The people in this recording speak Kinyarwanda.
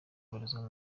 abarizwa